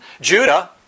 Judah